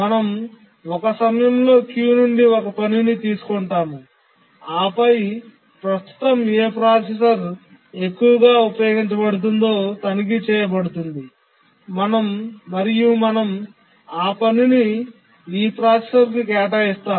మనం ఒక సమయంలో క్యూ నుండి ఒక పనిని తీసుకుంటాము ఆపై ప్రస్తుతం ఏ ప్రాసెసర్ ఎక్కువగా ఉపయోగించబడుతుందో తనిఖీ చేయబడుతుంది మరియు మనం ఆ పనిని ఈ ప్రాసెసర్ కేటాయిస్తాము